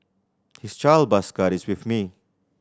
his child bus card is with me